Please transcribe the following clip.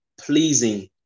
pleasing